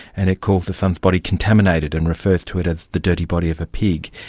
and it calls the son's body contaminated and refers to it as the dirty body of a pig.